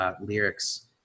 lyrics